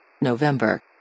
November